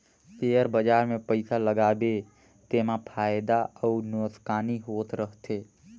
share बजार मे पइसा लगाबे तेमा फएदा अउ नोसकानी होत रहथे